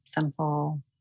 simple